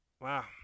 wow